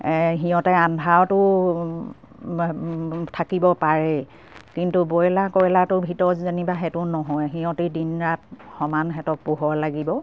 সিহঁতে আন্ধাৰটো থাকিব পাৰে কিন্তু ব্ৰইলাৰ কয়লাৰটোৰ ভিতৰত যেনিবা সেইটো নহয় সিহঁতে দিন ৰাত সমান সেহেঁতক পোহৰ লাগিব